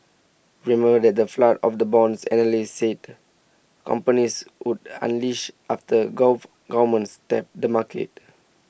remember that the flood of the bonds analysts said companies would unleash after gulf governments tapped the market